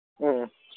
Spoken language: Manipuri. ꯎꯝ